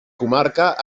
comarca